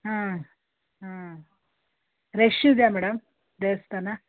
ಹಾಂ ಹಾಂ ರಶ್ ಇದೆಯಾ ಮೇಡಮ್ ದೇವಸ್ಥಾನ